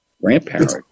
grandparent